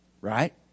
Right